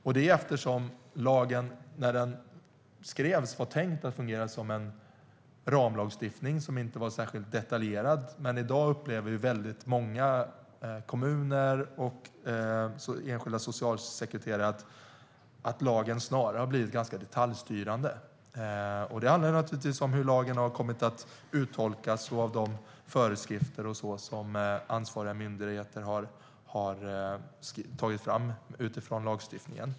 Det vill vi eftersom lagen när den skrevs var tänkt att fungera som en ramlagstiftning som inte var särskilt detaljerad, men i dag upplever många kommuner och enskilda socialsekreterare att lagen snarare har blivit ganska detaljstyrande. Det handlar naturligtvis om hur lagen har kommit att uttolkas och om de föreskrifter och så som ansvariga myndigheter har tagit fram utifrån lagstiftningen.